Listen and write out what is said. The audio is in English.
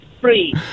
free